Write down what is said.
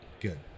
Good